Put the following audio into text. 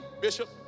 Bishop